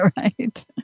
Right